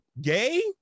gay